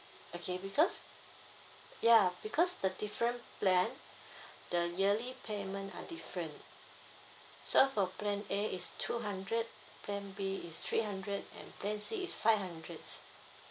okay because ya because the different plan the yearly payment are different so for plan A is two hundred plan B is three hundred and plan C is five hundreds